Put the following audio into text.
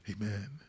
Amen